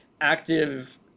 active